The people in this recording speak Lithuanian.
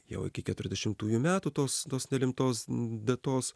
jau iki keturiasdešimtųjų metų tos tos nelemtos datos